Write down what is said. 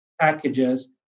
packages